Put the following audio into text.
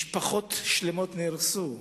משפחות שלמות נהרסו.